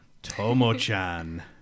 Tomo-chan